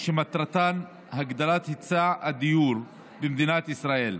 שמטרתן הגדלת היצע הדיור במדינת ישראל.